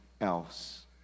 else